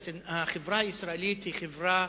שהחברה הישראלית היא חברה